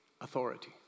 authority